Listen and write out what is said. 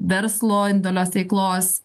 verslo indualios veiklos